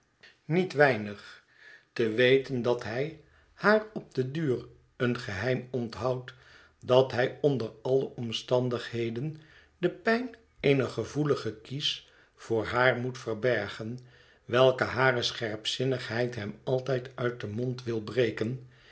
niet weinig te weten dat hij haar op den duur een geheim onthoudt dat hij onder alle omstandigheden de pijn eener gevoelige kies voor haar moet verbergen welke hare scherpzinnigheid hem altijd uit den mond wil breken